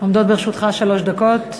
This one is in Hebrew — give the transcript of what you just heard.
עומדות לרשותך שלוש דקות.